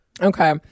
Okay